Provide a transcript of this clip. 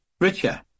richer